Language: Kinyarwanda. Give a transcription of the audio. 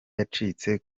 yacitse